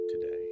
today